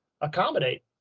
accommodate